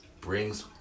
brings